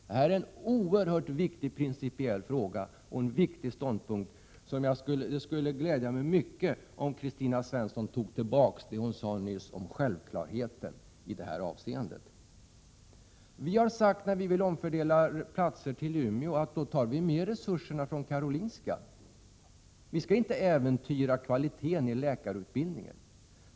Det här är en oerhört viktig principiell fråga och en viktig ståndpunkt, och det skulle glädja mig mycket om Kristina Svensson tog tillbaka det hon nyss sade om självklarheten i detta avseende. Vi har sagt, när vi vill omfördela platser till Umeå, att då tar vi med resurserna från Karolinska. Vi skall inte äventyra kvaliteten i läkarutbildningen.